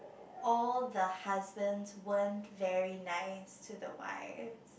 all the husbands went very nice to the wife